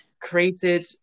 created